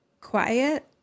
quiet